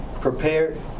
prepared